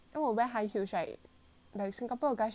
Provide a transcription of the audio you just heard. like singapore guys really very short honestly